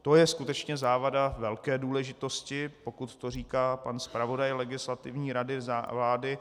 To je skutečně závada velké důležitosti, pokud to říká pan zpravodaj Legislativní rady vlády.